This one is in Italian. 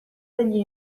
degli